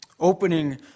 Opening